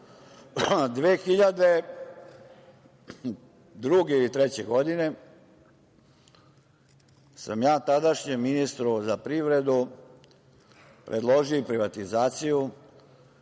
2002. ili 2003. sam ja tadašnjem ministru za privredu predložio i privatizaciju